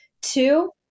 Two